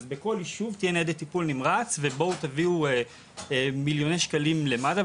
אז בכל ישוב תהיה ניידת טיפול נמרץ ובואו תביאו מיליוני שקלים למד"א.